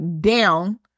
down